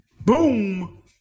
Boom